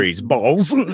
Balls